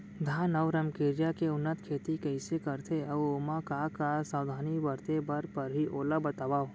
धान अऊ रमकेरिया के उन्नत खेती कइसे करथे अऊ ओमा का का सावधानी बरते बर परहि ओला बतावव?